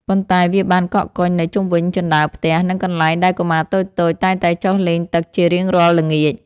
ប៉ុន្តែវាបានកកកុញនៅជុំវិញជណ្តើរផ្ទះ និងកន្លែងដែលកុមារតូចៗតែងតែចុះលេងទឹកជារៀងរាល់ល្ងាច។